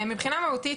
מבחינה מהותית,